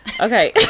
Okay